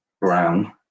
brown